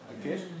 Okay